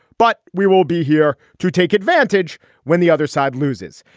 but we will be here to take advantage when the other side loses.